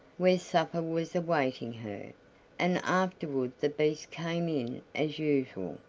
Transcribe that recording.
where supper was awaiting her and afterward the beast came in as usual,